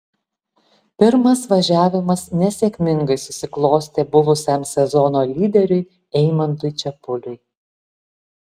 pirmas važiavimas nesėkmingai susiklostė buvusiam sezono lyderiui eimantui čepuliui